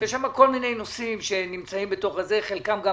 יש שם כל מיני נושאים, חלקם גם